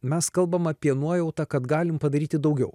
mes kalbam apie nuojautą kad galim padaryti daugiau